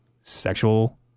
Sexual